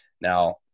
Now